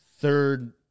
third